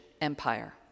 empire